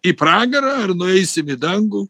į pragarą ar nueisim į dangų